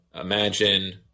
imagine